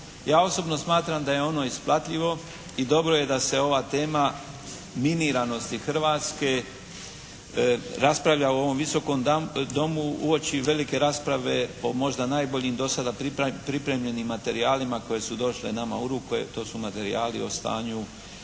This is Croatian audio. Ja osobno mislim da je ono isplativo i dobro je da se ova tema miniranosti Hrvatske raspravlja u ovom Visokom domu uoči velike rasprave o možda najboljim dosada pripremljenim materijalima koje su došle nama u ruke, to su materijali o stanju